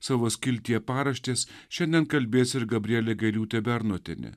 savo skiltyje paraštės šiandien kalbės ir gabrielė gailiūtė bernotienė